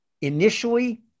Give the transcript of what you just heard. Initially